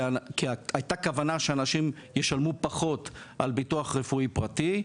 הייתה כוונה שאנשים ישלמו פחות על ביטוח רפואי פרטי,